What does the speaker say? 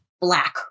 black